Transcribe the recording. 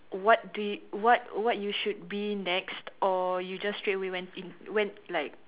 what do you what what you should be next or you just straightaway went in went like